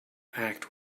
act